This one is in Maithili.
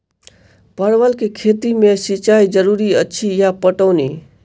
परवल केँ खेती मे सिंचाई जरूरी अछि या पटौनी?